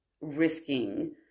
risking